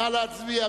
נא להצביע,